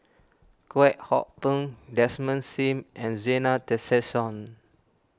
Kwek Hong Png Desmond Sim and Zena Tessensohn